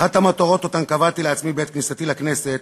אחת המטרות שקבעתי לעצמי בעת כניסתי לכנסת